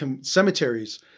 cemeteries